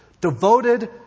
Devoted